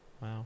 Wow